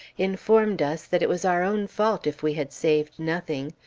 informed us that it was our own fault if we had saved nothing,